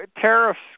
tariffs